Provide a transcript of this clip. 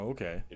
Okay